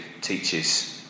teaches